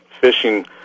fishing